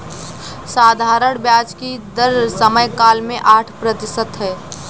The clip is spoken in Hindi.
साधारण ब्याज की दर समयकाल में आठ प्रतिशत है